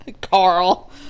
Carl